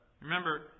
Remember